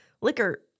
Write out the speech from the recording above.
Liquor